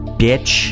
bitch